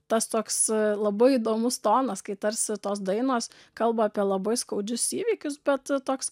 tas toks labai įdomus tonas kai tarsi tos dainos kalba apie labai skaudžius įvykius bet toks